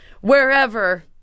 wherever